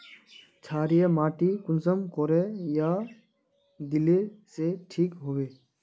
क्षारीय माटी कुंसम करे या दिले से ठीक हैबे?